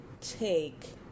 take